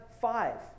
five